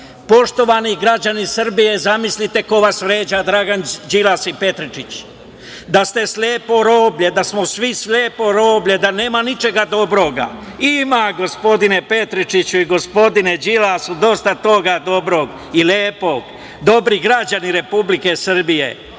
Poštovani građani Srbije, zamislite ko vas vređa, Dragan Đilas i Petričić. Da ste slepo roblje, da smo svi slepo roblje, da nema ničega dobrog. Ima, gospodine Petričiću i gospodine Đilas, dosta toga dobrog i lepog - dobri građani Republike Srbije,